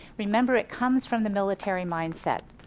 remember it comes from the military mindset,